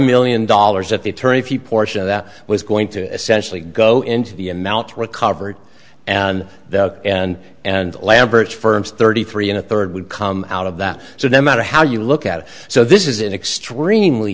million dollars that the attorney for the portion of that was going to essentially go into the amount recovered and the and and lambert firms thirty three and a third would come out of that so no matter how you look at it so this is an extremely